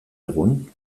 egun